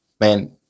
Man